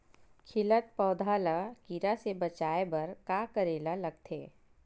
खिलत पौधा ल कीरा से बचाय बर का करेला लगथे?